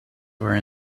were